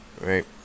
right